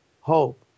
Hope